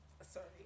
Sorry